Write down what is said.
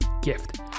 gift